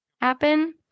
happen